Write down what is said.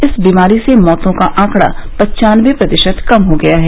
इस बीमारी से मौतों का आंकड़ा पन्चानबे प्रतिशत कम हो गया है